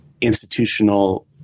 institutional